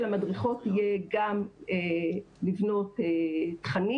התפקיד של המדריכות יהיה גם לבנות תכנים,